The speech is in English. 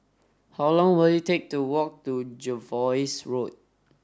how long will it take to walk to Jervois Road